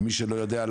למי שלא יודע,